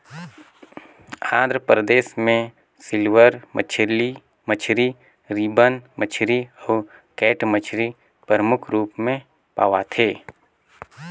आंध्र परदेस में सिल्वर मछरी, रिबन मछरी अउ कैट मछरी परमुख रूप में पवाथे